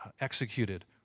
executed